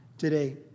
Today